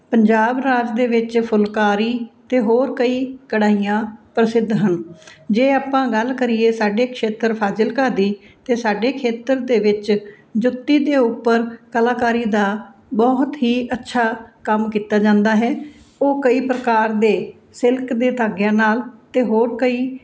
ਪੰਜਾਬ ਰਾਜ ਦੇ ਵਿੱਚ ਫੁਲਕਾਰੀ ਅਤੇ ਹੋਰ ਕਈ ਕਢਾਈਆਂ ਪ੍ਰਸਿੱਧ ਹਨ ਜੇ ਆਪਾਂ ਗੱਲ ਕਰੀਏ ਸਾਡੇ ਖੇਤਰ ਫ਼ਾਜ਼ਿਲਕਾ ਦੀ ਤਾਂ ਸਾਡੇ ਖੇਤਰ ਦੇ ਵਿੱਚ ਜੁੱਤੀ ਦੇ ਉੱਪਰ ਕਲਾਕਾਰੀਆਂ ਦਾ ਬਹੁਤ ਹੀ ਅੱਛਾ ਕੰਮ ਕੀਤਾ ਜਾਂਦਾ ਹੈ ਉਹ ਕਈ ਪ੍ਰਕਾਰ ਦੇ ਸਿਲਕ ਦੇ ਧਾਗਿਆਂ ਨਾਲ ਅਤੇ ਹੋਰ ਕਈ